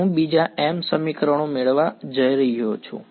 હું બીજા m સમીકરણો મેળવવા જઈ રહ્યો છું